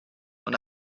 und